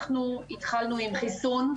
אנחנו התחלנו עם חיסון,